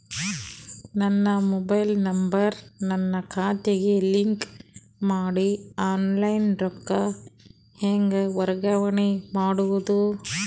ನನ್ನ mobile number ನನ್ನ ಖಾತೆಗೆ ಲಿಂಕ್ ಮಾಡಿ ಆನ್ಲೈನ್ ರೊಕ್ಕ ಹೆಂಗ ವರ್ಗಾವಣೆ ಮಾಡೋದು?